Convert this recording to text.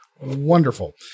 Wonderful